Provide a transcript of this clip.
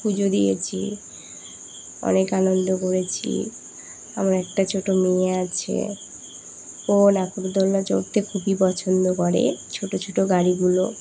পুজো দিয়েছি অনেক আনন্দ করেছি আমার একটা ছোটো মেয়ে আছে ও নাগরদোল্লা চড়তে খুবই পছন্দ করে ছোটো ছোটো গাড়িগুলো